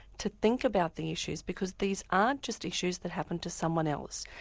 to think about the issues because these aren't just issues that happen to someone else.